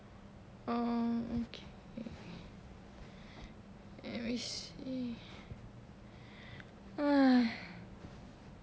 um ok let me see !haiya!